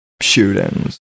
shootings